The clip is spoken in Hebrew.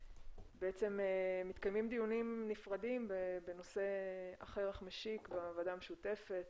מתקיימים דיונים נפרדים בנושא אחר אך משיק בוועדה המשותפת